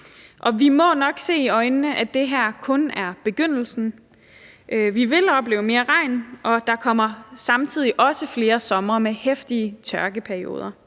Vi må nok se i øjnene, at det her kun er begyndelsen. Vi vil opleve mere regn, og der kommer samtidig også flere somre med heftige tørkeperioder.